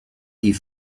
die